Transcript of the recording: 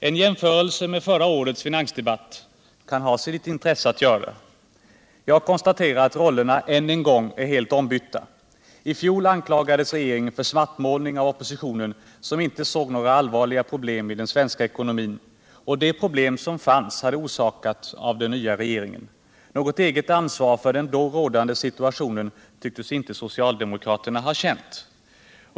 En jämförelse med förra årets finansdebatt kan ha sitt intresse att göra. Jag konstaterar att rollerna än en gång är helt ombytta. H fjol anklagades regeringen för svartmålning av oppositionen som inte såg några allvarliga problem i den svenska ckonomin, och de problem som fanns hade orsakats av den nya regeringen. Något eget ansvar för den då rådande situationen tycktes inte socialdemokraterna ha känt.